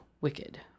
wicked